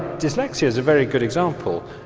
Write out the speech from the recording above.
dyslexia is a very good example.